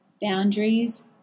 boundaries